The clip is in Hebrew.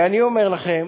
ואני אומר לכם,